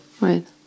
Right